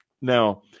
Now